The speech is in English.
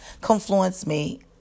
ConfluenceMe